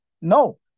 No